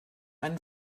einen